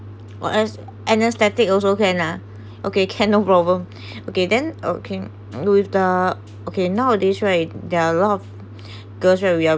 or else anesthetic also can ah okay can no problem okay then okay with the okay nowadays right there are a lot of girls right where we have